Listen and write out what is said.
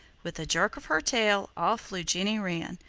with a jerk of her tail off flew jenny wren,